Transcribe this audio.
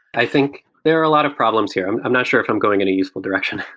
i think there are a lot of problems here. i'm i'm not sure if i'm going in a useful direction